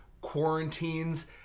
quarantines